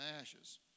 ashes